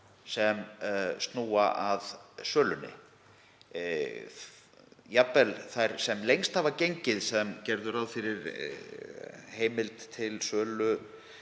sem snúa að sölunni. Jafnvel þær sem lengst hafa gengið og gerðu ráð fyrir heimild til sölu